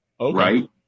right